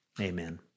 Amen